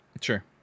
Sure